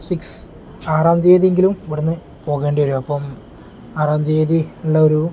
six ആറാം തീയതി എങ്കിലും ഇവിടെ നിന്ന് പോവേണ്ടി വരും അപ്പം ആറാം തീയ്യതിയുള്ള ഒരു